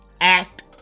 act